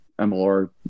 MLR